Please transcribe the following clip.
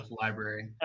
library